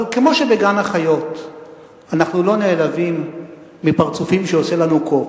אבל כמו שבגן-החיות אנחנו לא נעלבים מפרצופים שעושה לנו קוף,